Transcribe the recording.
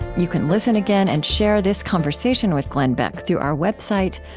you can listen again and share this conversation with glenn beck through our website,